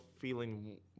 feeling